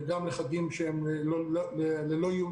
וגם לחגים של לא יהודים.